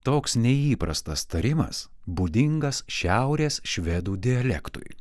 toks neįprastas tarimas būdingas šiaurės švedų dialektui